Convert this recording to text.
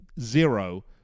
zero